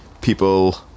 people